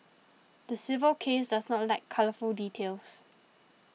the civil case does not lack colourful details